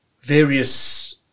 various